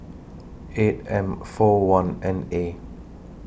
eight M four one N A